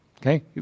Okay